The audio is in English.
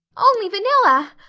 only vanilla.